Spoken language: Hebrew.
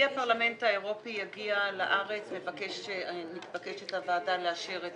העדרו מהארץ נתקבלה.